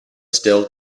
still